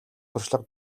туршлага